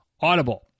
audible